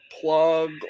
plug